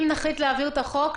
אם נחליט להעביר את החוק,